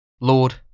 Lord